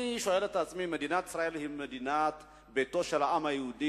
אני שואל את עצמי: מדינת ישראל היא ביתו של העם היהודי,